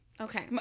Okay